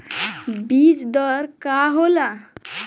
बीज दर का होला?